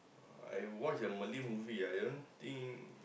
uh I watch a Malay movie ah I don't think